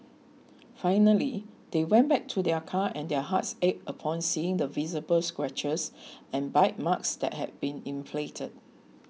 finally they went back to their car and their hearts ached upon seeing the visible scratches and bite marks that had been inflicted